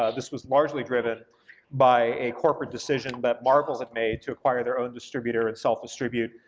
ah this was largely driven by a corporate decision that marvel had made to acquire their own distributor and self-distribute,